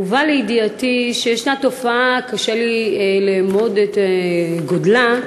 הובא לידיעתי שישנה תופעה, קשה לי לאמוד את גודלה,